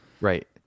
right